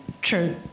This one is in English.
True